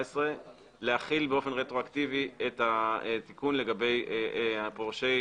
להחיל באופן רטרואקטיבי את התיקון לגבי פורשי